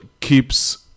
keeps